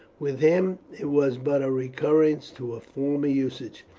with him it was but a recurrence to a former usage,